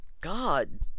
God